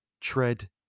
tread